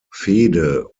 fehde